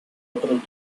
otros